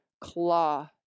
claw